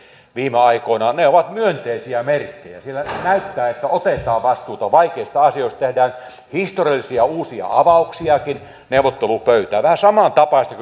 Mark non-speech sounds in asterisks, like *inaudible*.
viime aikoina ottamat askeleet ovat myönteisiä merkkejä sillä näyttää että otetaan vastuuta vaikeista asioista ja tehdään historiallisia uusia avauksiakin neuvottelupöytään vähän samantapaista *unintelligible*